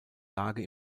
lage